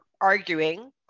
arguing